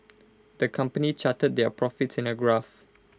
the company charted their profits in A graph